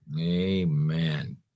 Amen